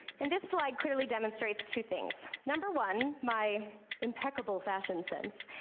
and this slide clearly demonstrates two things. number one, my impeccable fashion sense.